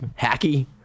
hacky